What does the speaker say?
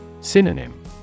Synonym